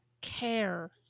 care